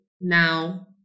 Now